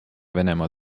venemaa